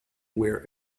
wear